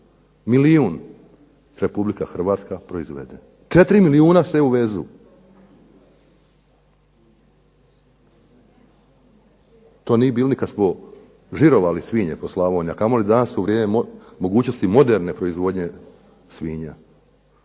milijun Republika Hrvatska proizvede. 4 milijuna se uvezu. To nije bilo ni kad smo žirovali svinje po Slavoniji, a kamoli danas u vrijeme mogućnosti moderne proizvodnje svinja.